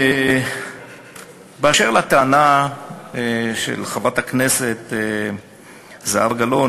אשר לטענה של חברת הכנסת זהבה גלאון